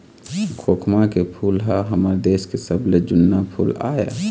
खोखमा के फूल ह हमर देश के सबले जुन्ना फूल आय